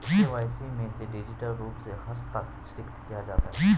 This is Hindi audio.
के.वाई.सी में डिजिटल रूप से हस्ताक्षरित किया जाता है